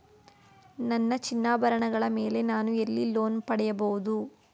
ನನ್ನ ಚಿನ್ನಾಭರಣಗಳ ಮೇಲೆ ನಾನು ಎಲ್ಲಿ ಲೋನ್ ಪಡೆಯಬಹುದು?